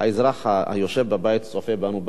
האזרח היושב בבית וצופה בנו,